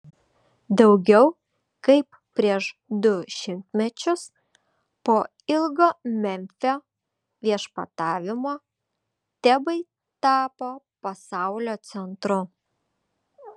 daugiau kaip prieš du šimtmečius po ilgo memfio viešpatavimo tebai tapo pasaulio centru